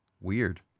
Weird